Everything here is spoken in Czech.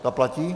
Ta platí?